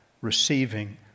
receiving